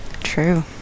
True